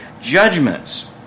judgments